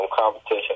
competition